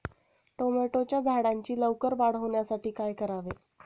टोमॅटोच्या झाडांची लवकर वाढ होण्यासाठी काय करावे?